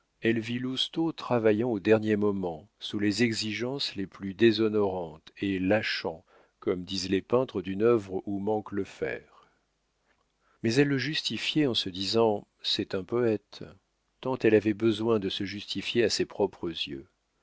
travaillant au dernier moment sous les exigences les plus déshonorantes et lâchant comme disent les peintres d'une œuvre où manque le faire mais elle le justifiait en se disant c'est un poète tant elle avait besoin de se justifier à ses propres yeux